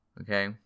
Okay